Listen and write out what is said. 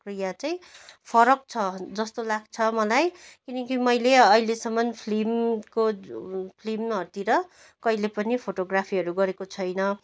प्रक्रिया चाहिँ फरक छ जस्तो लाग्छ मलाई किनकि मैले अहिलेसम्म फिल्मको फिल्महरूतिर कहिले पनि फोटोग्राफीहरू गरेको छैन